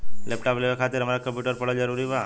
Laptop लेवे खातिर हमरा कम्प्युटर पढ़ल जरूरी बा?